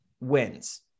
wins